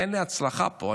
אין לי הצלחה פה.